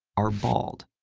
are bald,